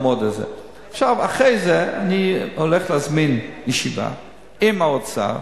אחרי זה, אני הולך להזמין ישיבה עם האוצר,